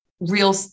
real